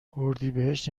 اردیبهشت